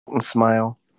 Smile